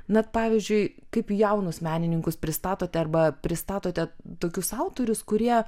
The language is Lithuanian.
net pavyzdžiui kaip jaunus menininkus pristatote arba pristatote tokius autorius kurie